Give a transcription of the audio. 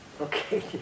okay